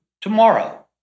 tomorrow